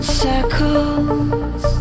circles